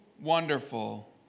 wonderful